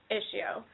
issue